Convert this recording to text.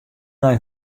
nei